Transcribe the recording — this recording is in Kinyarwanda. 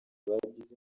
bagize